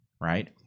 right